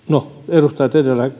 edustajat edellä